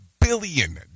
billion